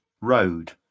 road